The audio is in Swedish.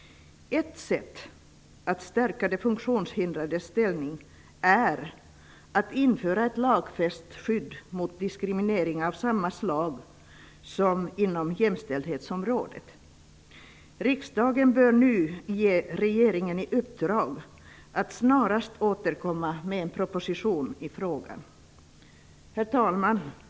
Ett sätt att stärka de funktionshindrades ställning är att införa ett lagfäst skydd mot diskriminering av samma slag som inom jämställdhetsområdet. Riksdagen bör nu ge regeringen i uppdrag att snarast återkomma med en proposition i frågan. Herr talman!